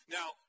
Now